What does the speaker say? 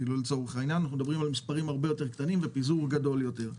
מדובר על מספר אנשים קטן יותר, בפיזור גדול יותר.